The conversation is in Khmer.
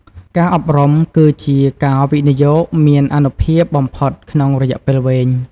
ការអប់រំគឺជាការវិនិយោគមានអានុភាពបំផុតក្នុងរយៈពេលវែង។